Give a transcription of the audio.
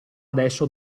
adesso